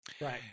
Right